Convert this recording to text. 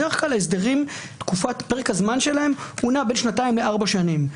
בדרך כלל פרק הזמן של ההסדרים הוא בין שנתיים לארבע שנים.